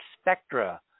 spectra